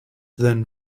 then